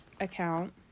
account